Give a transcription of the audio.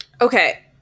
Okay